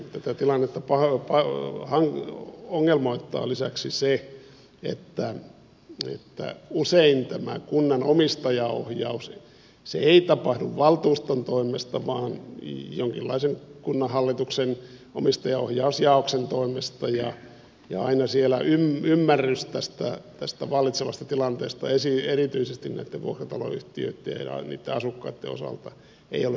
tätä tilannetta ongelmoittaa lisäksi se että usein tämä kunnan omistajaohjaus ei tapahdu valtuuston toimesta vaan jonkinlaisen kunnanhallituksen omistajaohjausjaoksen toimesta ja aina siellä ymmärrys tästä vallitsevasta tilanteesta erityisesti näitten vuokrataloyhtiöitten ja niitten asukkaitten osalta ei ole riittävää